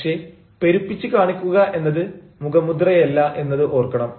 പക്ഷേ പെരുപ്പിച്ചു കാണിക്കുക എന്നത് മുഖമുദ്രയല്ല എന്ന് ഓർക്കുക